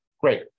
Great